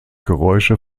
geräusche